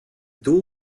doel